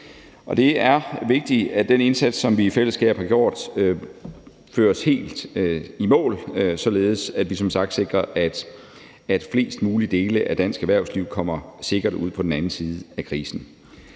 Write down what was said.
kr. Det er vigtigt, at den indsats, som vi i fællesskab har gjort, føres helt i mål, således at vi som sagt sikrer, at flest mulige dele af dansk erhvervsliv kommer sikkert ud på den anden side af krisen.